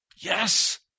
Yes